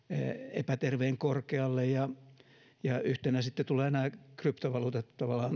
epäterveen korkealle ja ja yhtenä sitten tulevat nämä kryptovaluutat